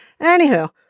Anywho